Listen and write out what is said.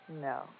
No